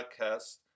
podcast